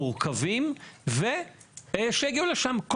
מורכבים ושיגיעו לשם,